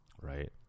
right